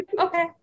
okay